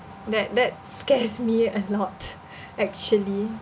that that scares me a lot actually